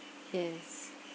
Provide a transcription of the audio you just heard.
yes